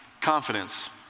confidence